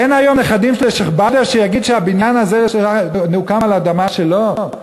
אין היום נכד לשיח' באדר שיגיד שהבניין הזה הוקם על אדמה שלו?